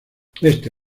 este